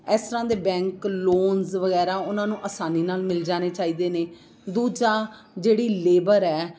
ਇਸ ਤਰ੍ਹਾਂ ਦੇ ਬੈਂਕ ਲੋਨਸ ਵਗੈਰਾ ਉਹਨਾਂ ਨੂੰ ਆਸਾਨੀ ਨਾਲ ਮਿਲ ਜਾਣੇ ਚਾਹੀਦੇ ਨੇ ਦੂਜਾ ਜਿਹੜੀ ਲੇਬਰ ਹੈ